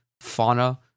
fauna